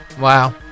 Wow